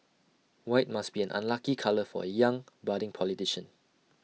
white must be an unlucky colour for A young budding politician